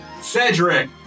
Cedric